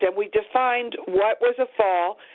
and we defined what was a fall,